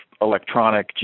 electronic